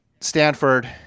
Stanford